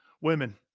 Women